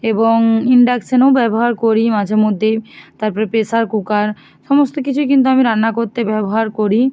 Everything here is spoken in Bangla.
এবং ইন্ডাকশানও ব্যবহার করি মাঝে মধ্যে তারপরে প্রেশার কুকার সমস্ত কিছুই কিন্তু আমি রান্না করতে ব্যবহার করি